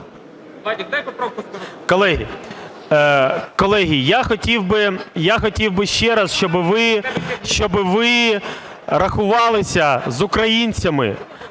Колеги, я хотів би ще раз, щоби ви рахувалися з українцями.